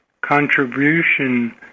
contribution